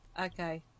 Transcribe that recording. Okay